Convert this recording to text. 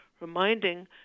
reminding